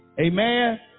Amen